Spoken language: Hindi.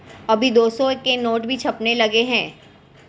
अभी दो सौ के नोट भी छपने लगे हैं